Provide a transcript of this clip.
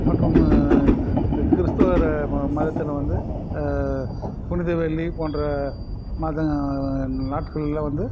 மற்றும் கிறிஸ்துவர் மதத்தில் வந்து புனித வெள்ளி போன்ற மத நா நாட்களில் வந்து